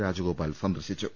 രാജഗോപാൽ സന്ദർശിച്ചു